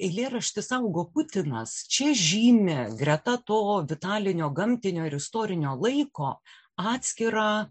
eilėraštis augo putinas čia žymi greta to vitalinio gamtinio ir istorinio laiko atskirą